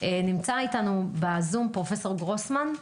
נמצא אתנו בזום פרופ' גרוסמן.